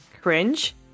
cringe